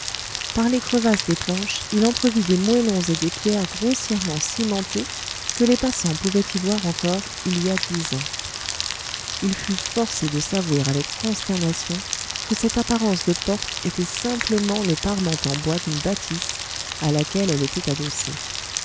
par les crevasses des planches il entrevit des moellons et des pierres grossièrement cimentés que les passants pouvaient y voir encore il y a dix ans il fut forcé de s'avouer avec consternation que cette apparence de porte était simplement le parement en bois d'une bâtisse à laquelle elle était adossée